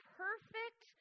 perfect